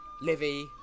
livy